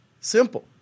simple